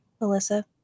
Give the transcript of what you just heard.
Melissa